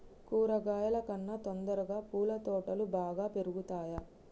కూరగాయల కన్నా తొందరగా పూల తోటలు బాగా పెరుగుతయా?